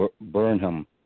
Burnham